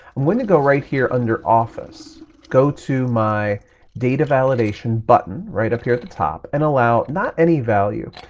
i'm going to go right here under office, go to my data validation button right up here at the top, and allow not any value,